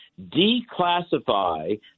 declassify